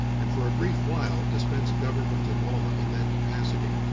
and for a brief while dispensed government and law in that capacity.